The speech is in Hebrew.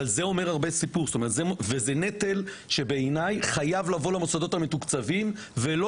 וזה נטל שבעיניי חייב לבוא למוסדות המתוקצבים ולא